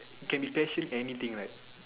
can be pressured anything right